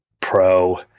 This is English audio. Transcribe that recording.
Pro